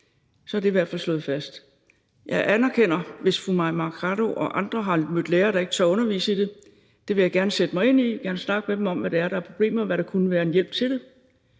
Så er det i hvert fald slået fast. Jeg anerkender, hvis fru Mai Mercado og andre har mødt lærere, der ikke tør undervise i det. Det vil jeg gerne sætte mig ind i. Jeg vil gerne snakke med dem om, hvad det er, der er problemet, og hvad der kunne være en hjælp til at